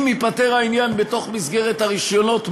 אם ייפתר העניין בתוך מסגרת הרישיונות,